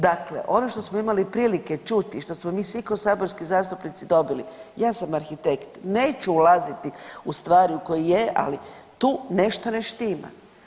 Dakle, ono što smo imali prilike čuti i što smo mi svi ko saborski zastupnici dobili, ja sam arhitekt neću ulaziti u stvari u koje je, ali tu nešto ne štima.